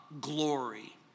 glory